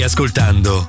Ascoltando